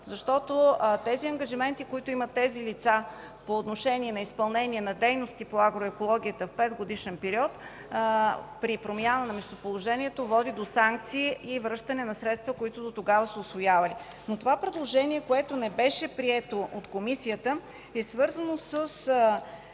защото тези ангажименти, които имат лицата по отношение на изпълнение на дейности по агроекологията в петгодишен период, при промяна на местоположението води до санкция и връщане на средства, които дотогава са усвоявали. Обаче това предложение, което не беше прието в Комисията, е свързано с